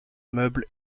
meuble